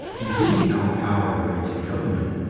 in giving our power away to government,